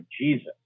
Jesus